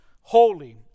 holy